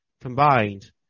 combined